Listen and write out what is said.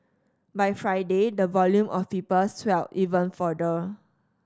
by Friday the volume of people swelled even further